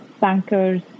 bankers